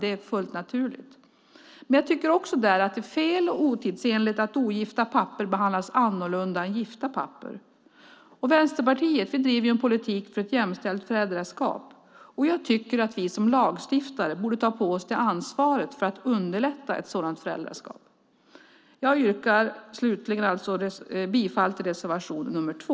Det är fullt naturligt. Men jag tycker också att det är fel och otidsenligt att ogifta pappor behandlas annorlunda än gifta pappor. Vänsterpartiet driver en politik för ett jämställt föräldraskap. Jag tycker att vi som lagstiftare borde ta på oss ansvaret att underlätta ett sådant föräldraskap. Jag yrkar bifall till reservation 2.